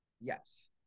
Yes